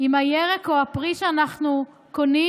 אם הירק או הפרי שאנחנו קונים